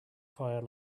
fire